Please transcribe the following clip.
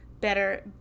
better